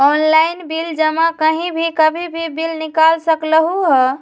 Online bill जमा कहीं भी कभी भी बिल निकाल सकलहु ह?